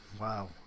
Wow